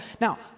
Now